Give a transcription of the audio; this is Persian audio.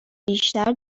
بیشتر